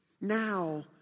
now